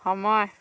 সময়